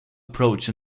approach